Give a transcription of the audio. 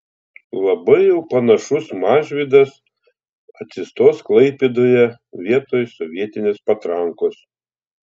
labai jau panašus mažvydas atsistos klaipėdoje vietoj sovietinės patrankos